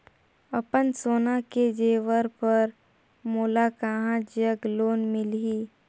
अपन सोना के जेवर पर मोला कहां जग लोन मिलही?